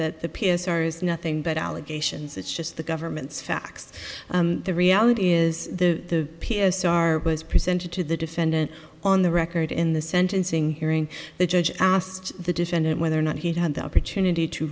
that the p s r is nothing but allegations it's just the government's facts the reality is the p s r was presented to the defendant on the record in the sentencing hearing the judge asked the defendant whether or not he had the opportunity to